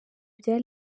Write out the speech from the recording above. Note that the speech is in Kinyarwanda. bya